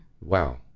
Wow